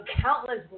countless